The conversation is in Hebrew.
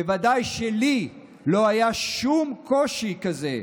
בוודאי שלי לא היה שום קושי כזה.